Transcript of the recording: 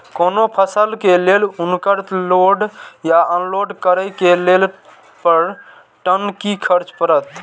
कोनो फसल के लेल उनकर लोड या अनलोड करे के लेल पर टन कि खर्च परत?